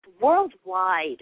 worldwide